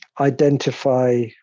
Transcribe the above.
identify